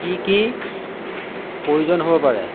কি কি প্ৰয়োজন হ'ব পাৰে